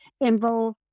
involve